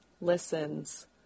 listens